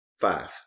Five